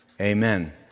amen